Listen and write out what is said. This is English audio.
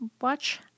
watch